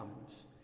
comes